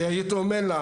הייתי אומר לה,